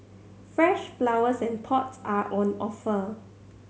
fresh flowers and pot are on offer